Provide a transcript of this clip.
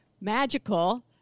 magical